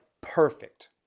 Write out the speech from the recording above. perfect